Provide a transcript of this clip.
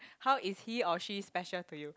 how is he or she special to you